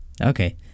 okay